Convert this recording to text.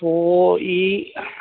તો એ